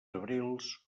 abrils